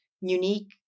unique